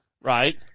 Right